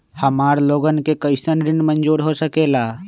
हमार लोगन के कइसन ऋण मंजूर हो सकेला?